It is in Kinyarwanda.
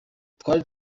twari